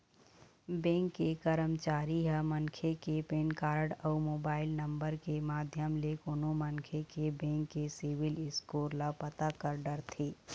bank के करमचारी ह मनखे के पेन कारड अउ मोबाईल नंबर के माध्यम ले कोनो मनखे के बेंक के सिविल स्कोर ल पता कर डरथे